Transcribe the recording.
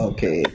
Okay